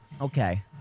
Okay